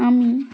আমি